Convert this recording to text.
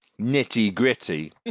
nitty-gritty